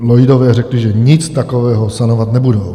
Lloydové řekli, že nic takového sanovat nebudou.